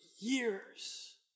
years